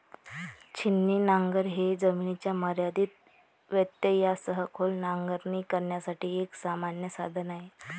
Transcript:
छिन्नी नांगर हे जमिनीच्या मर्यादित व्यत्ययासह खोल नांगरणी करण्यासाठी एक सामान्य साधन आहे